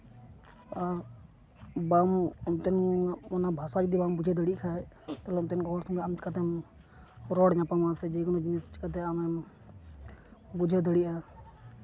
ᱵᱟᱝ ᱚᱱᱛᱮᱱᱟᱜ ᱚᱱᱟ ᱵᱷᱟᱥᱟ ᱡᱩᱫᱤ ᱵᱟᱢ ᱵᱩᱡᱷᱟᱹᱣ ᱫᱟᱲᱮᱜ ᱠᱷᱟᱡ ᱛᱟᱦᱞᱮ ᱚᱱᱛᱮᱱ ᱠᱚ ᱦᱚᱲ ᱥᱟᱛᱮᱜ ᱟᱢ ᱪᱤᱠᱟᱛᱮᱢ ᱨᱚᱲ ᱧᱟᱯᱟᱢᱟ ᱥᱮ ᱡᱮᱠᱚᱱᱚ ᱡᱤᱱᱤᱥ ᱪᱤᱠᱟᱛᱮ ᱟᱢᱮᱢ ᱵᱩᱡᱷᱟᱹᱣ ᱫᱟᱲᱮᱭᱟᱜᱼᱟ